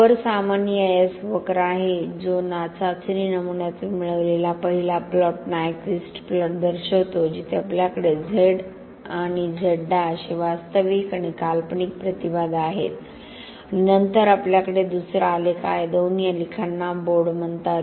वर सामान्य EIS वक्र आहे जो चाचणी नमुन्यातून मिळवलेला पहिला प्लॉट नायक्विस्टप्लॉट दर्शवितो जिथे आपल्याकडे Z आणि Z हे वास्तविक आणि काल्पनिक प्रतिबाधा आहेत आणि नंतर आपल्याकडे दुसरा आलेख आहे दोन्ही आलेखांना बोर्ड म्हणतात